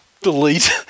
Delete